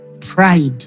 pride